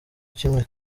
kimwe